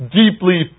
deeply